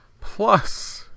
plus